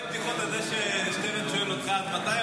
תדע שיש מלא בדיחות על זה ששטרן שואל אותך עד מתי,